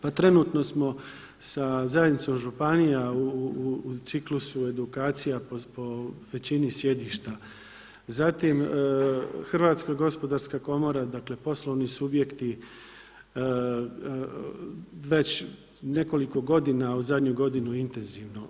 Pa trenutno samo sa zajednicom županija u ciklusu edukacija po većini sjedišta, zatim HGK dakle poslovni subjekti već nekoliko godina, u zadnju godinu intenzivno.